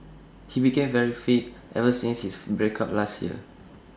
he became very fit ever since his break up last year